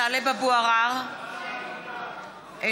טלב אבו עראר, אינו